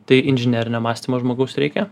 tai inžinerinio mąstymo žmogaus reikia